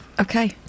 Okay